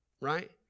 right